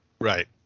Right